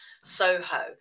soho